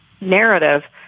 narrative